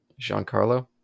Giancarlo